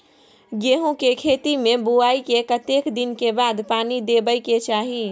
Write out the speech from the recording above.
गेहूँ के खेती मे बुआई के कतेक दिन के बाद पानी देबै के चाही?